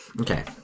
okay